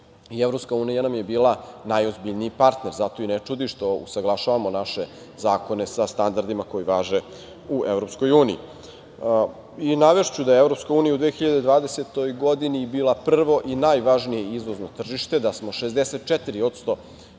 Evropska unija nam je bila najozbiljniji partner, zato i ne čudi što usaglašavamo naše zakone sa standardima koji važe u Evropskoj uniji. Navešću da je Evropska unija u 2020. godini bila prvo i najvažnije izvozno tržište, da smo 64%